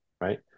right